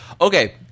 Okay